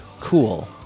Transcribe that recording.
cool